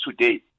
today